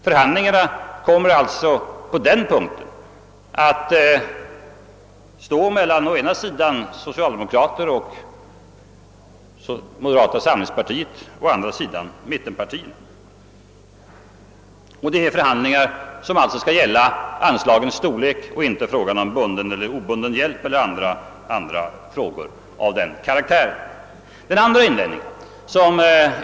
Förhandlingarna skulle alltså på denna punkt komma att föras mellan å ena sidan socialdemokraterna och moderata samlingspartiet och å andra sidan mittenpartier na, och förhandlingarna skulle gälla anslagens storlek och inte frågan om bunden eller obunden hjälp eller frågor av denna karaktär.